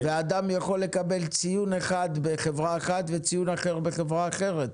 אדם יכול לקבל ציון אחד בחברה אחת וציון אחר בחברה אחרת.